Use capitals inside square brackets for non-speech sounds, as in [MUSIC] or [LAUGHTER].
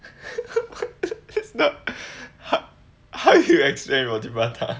[LAUGHS] just how how do you explain roti prata